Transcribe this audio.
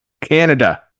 Canada